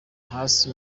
hasi